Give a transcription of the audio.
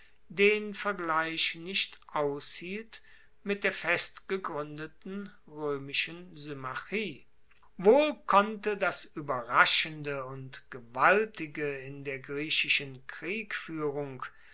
den vergleich nicht aushielt mit der festgegruendeten roemischen symmachie wohl konnte das ueberraschende und gewaltige in der griechischen